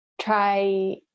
try